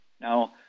Now